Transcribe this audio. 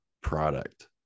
product